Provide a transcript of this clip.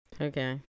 Okay